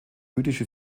jüdische